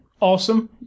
Awesome